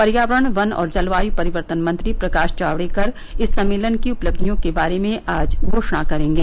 पर्यावरण वन और जलवायु परिवर्तन मंत्री प्रकाश जावड़ेकर इस सम्मेलन की उपलब्धियों के बारे में आज घोषणा करेंगे